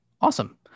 awesome